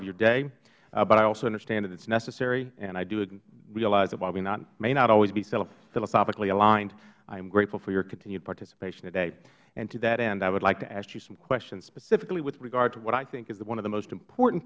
of your day but i also understand that it's necessary and i do realize that while we may not always be philosophically aligned i'm grateful for your continued participation today and to that end i would like to ask you some questions specifically with regard to what i think is one of the most important